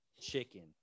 chicken